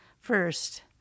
first